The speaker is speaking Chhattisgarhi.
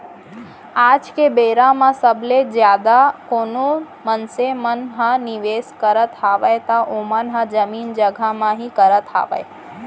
आज के बेरा म सबले जादा कोनो मनसे मन ह निवेस करत हावय त ओमन ह जमीन जघा म ही करत हावय